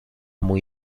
muy